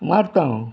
मारतां हांव